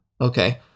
okay